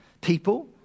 people